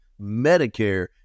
Medicare